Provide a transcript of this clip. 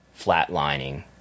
flatlining